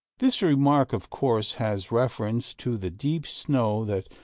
this remark, of course, has reference to the deep snow that,